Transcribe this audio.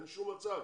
אין שום מצב